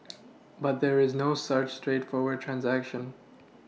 but there's no such straightforward transaction